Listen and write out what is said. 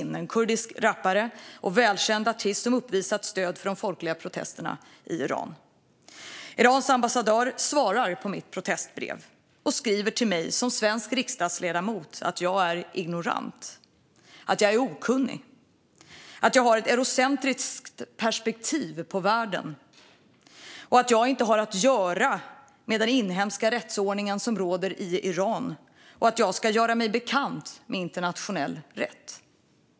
Han är en kurdisk rappare och välkänd artist som visat stöd för de folkliga protesterna i Iran. Irans ambassadör svarade på mitt protestbrev och skrev till mig, som är svensk riksdagsledamot, att jag är ignorant och okunnig, att jag har ett eurocentriskt perspektiv på världen, att jag inte har att göra med den inhemska rättsordning som råder i Iran och att jag ska göra mig bekant med internationell rätt.